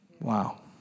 Wow